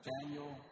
Daniel